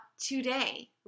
today